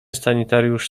sanitariusz